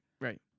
right